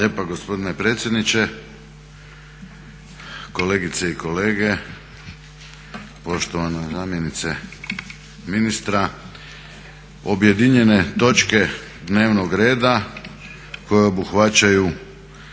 lijepa gospodine predsjedniče. Kolegice i kolege. Poštovana zamjenice ministra. Objedinjene točke dnevnog reda koje obuhvaćaju